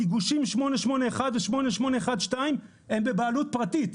כי גושים 881 ו-8812 הם בבעלות פרטית.